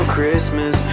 Christmas